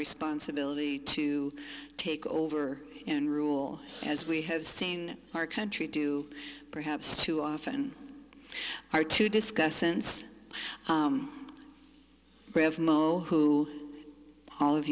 responsibility to take over in rule as we have seen our country do perhaps too often hard to discuss since who all of